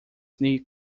knee